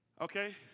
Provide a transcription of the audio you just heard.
Okay